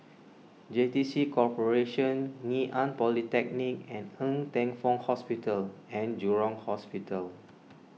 J T C Corporation Ngee Ann Polytechnic and Ng Teng Fong Hospital and Jurong Hospital